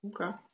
Okay